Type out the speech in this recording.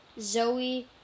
Zoe